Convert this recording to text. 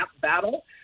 battle